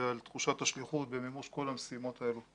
ועל תחושת השליחות במימוש כל המשימות האלה.